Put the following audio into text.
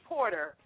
Porter